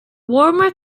warmer